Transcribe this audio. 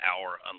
hour